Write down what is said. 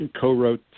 co-wrote